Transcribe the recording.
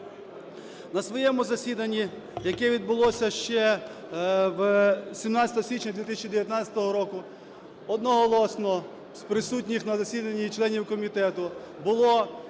На своєму засіданні, яке відбулося ще 17 січня 2019 року, одноголосно з присутніх на засіданні членів комітету було